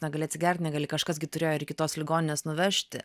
negali atsigert negali kažkas gi turėjo ir iki tos ligoninės nuvežti